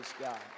God